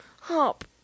Hop